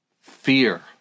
fear